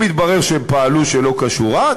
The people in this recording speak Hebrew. אם יתברר שהם פעלו שלא כשורה,